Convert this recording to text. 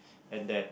and then